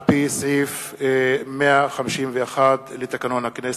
על-פי סעיף 151 לתקנון הכנסת.